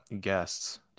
guests